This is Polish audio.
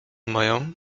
moją